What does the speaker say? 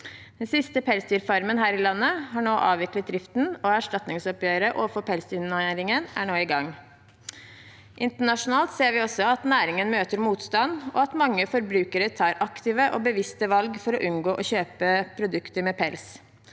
Den siste pelsdyrfarmen her i landet har nå avviklet driften, og erstatningsoppgjøret overfor pelsdyrnæringen er nå i gang. Internasjonalt ser vi også at næringen møter motstand, og at mange forbrukere tar aktive og bevisste valg for å unngå å kjøpe produkter med pels.